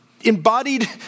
embodied